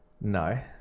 No